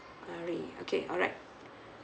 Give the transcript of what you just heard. all in okay alright